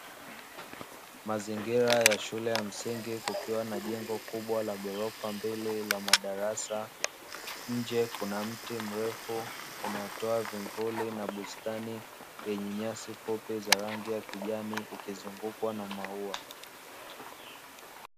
Mazingira ya shule ya msingi kukiwa na jengo kubwa la ghorofa mbele la madarasa, nje kuna mti mrefu unaotoa vivuli na bustani yenye nyasi fupi za rangi ya kijani ikizungukwa na maua.